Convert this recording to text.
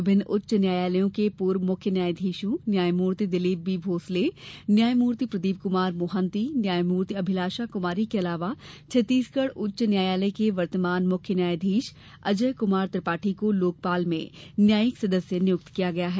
विभिन्न उच्च न्यायालयों के पूर्व मुख्य न्यायाधीशों न्यायमूर्ति दिलीप बी भोसले न्यायमूर्ति प्रदीप कुमार मोहंती न्यायमूर्ति अभिलाषा कुमारी के अलावा छत्तीसगढ़ उच्च न्यायालय के वर्तमान मुख्य न्यायाधीश अजय कुमार त्रिपाठी को लोकपाल में न्यायिक सदस्य नियुक्त किया गया है